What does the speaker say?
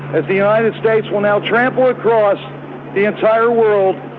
ah the united states will now trample across the entire world,